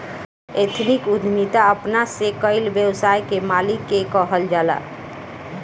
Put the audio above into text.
ethnic उद्यमिता अपना से कईल व्यवसाय के मालिक के कहल जाला